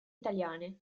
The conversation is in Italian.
italiane